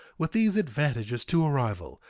with these advantages to a rival,